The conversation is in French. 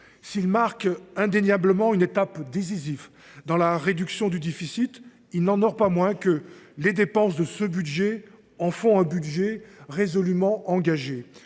S’il marque indéniablement une étape décisive dans la réduction du déficit, il n’en demeure pas moins que ses dépenses en font un projet résolument engagé